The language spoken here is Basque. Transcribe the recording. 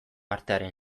artearen